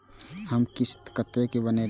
हमर किस्त कतैक बनले?